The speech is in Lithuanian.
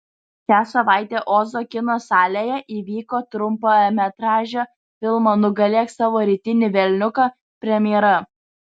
šią savaitę ozo kino salėje įvyko trumpametražio filmo nugalėk savo rytinį velniuką premjera